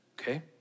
Okay